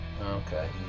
Okay